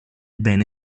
bene